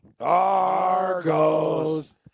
Argos